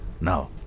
Now